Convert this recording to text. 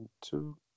two